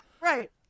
right